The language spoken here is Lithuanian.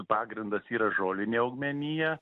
pagrindas yra žoline augmenija